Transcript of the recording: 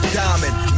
diamond